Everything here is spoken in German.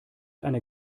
einer